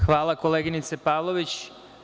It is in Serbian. Hvala koleginice Pavlović.